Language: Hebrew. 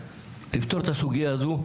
לפתור את הסוגייה הזו,